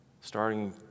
starting